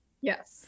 Yes